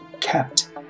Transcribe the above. kept